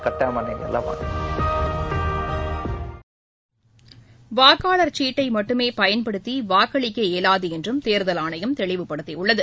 கட்டாயம் வாக்களியுங்கள் வாக்காளர் சீட்டை மட்டுமே பயன்படுத்தி வாக்களிக்க இயலாது என்றும் தேர்தல் ஆணையம் தெளிவுபடுத்தியுள்ளது